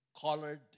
colored